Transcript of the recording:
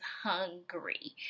hungry